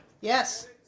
Yes